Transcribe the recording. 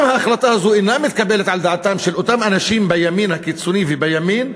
אם ההחלטה הזו אינה מתקבלת על דעתם של אותם אנשים בימין הקיצוני ובימין,